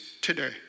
today